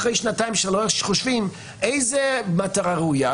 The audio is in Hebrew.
אחרי שנתיים-שלוש חושבים איזה מטרה ראויה,